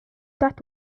that